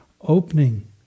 opening